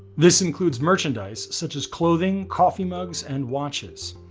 this includes merchandise such as clothing, coffee mugs and watches.